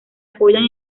apoyan